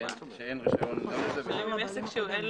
שאין רישיון גם לזה וגם לזה.